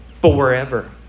forever